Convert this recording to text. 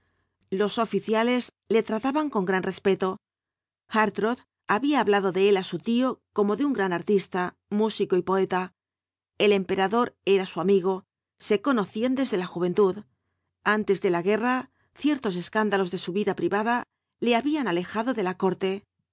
los oficiales le trataban con gran respeto hartrott había hablado de él á su tío como de un gran artista músico y poeta el emperador era su amigo se conocían desde la juventud antes de la guerra cierto escándalos de su vida privada le habían alejado de la corte